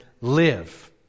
Live